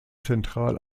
zentral